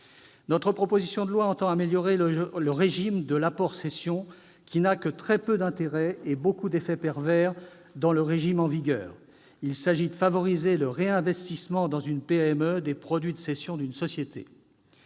Cette proposition de loi tend à améliorer le régime de l'apport-cession, qui n'a que très peu d'intérêt et beaucoup d'effets pervers dans sa version en vigueur : il s'agit de favoriser le réinvestissement dans une PME des produits de cession d'une société.